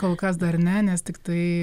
kol kas dar ne nes tiktai